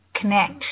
connect